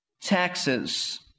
taxes